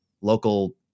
local